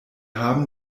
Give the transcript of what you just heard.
haben